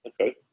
Okay